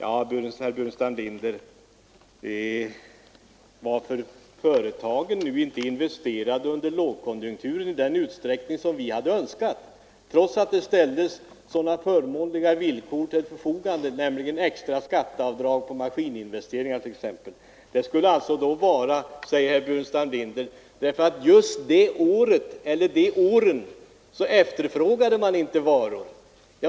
Att företagen inte investerade under lågkonjunkturen i den utsträckning som vi hade önskat trots förmånliga villkor — extra skatteavdrag för maskininvesteringar, som ett exempel — skulle enligt herr Burenstam Linder bero på att just under de åren efterfrågades inte varor.